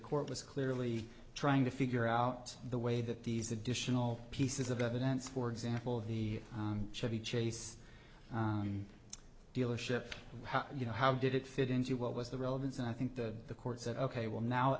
was clearly trying to figure out the way that these additional pieces of evidence for example the chevy chase dealership you know how did it fit into what was the relevance and i think that the court said ok well now